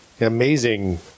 Amazing